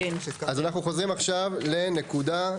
אז אנחנו חוזרים עכשיו לנקודה?